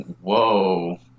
Whoa